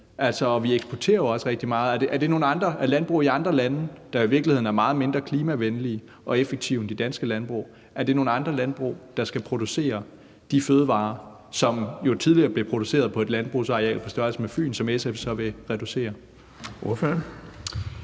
Og vi eksporterer jo også rigtig meget. Er det nogen andre landbrug i andre lande, der i virkeligheden er meget mindre klimavenlige og effektive end de danske landbrug, der skal producere de fødevarer, som jo tidligere blev produceret på et landbrugsareal på størrelse med Fyn, som SF så vil reducere?